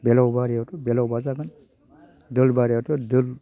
बेलाव बारियावथ' बेलाव बाजागोन दोल बारियावथ' दोल